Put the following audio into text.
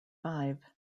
five